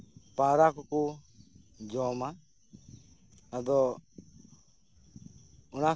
ᱯᱟᱣᱨᱟ ᱠᱚ ᱡᱚᱢᱟ ᱟᱫᱚ